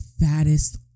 fattest